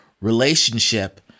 relationship